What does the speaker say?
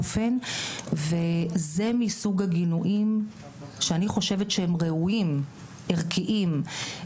וזה מסוג הגינויים שאני חושבת שהם ראויים, ערכיים.